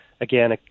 Again